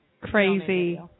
crazy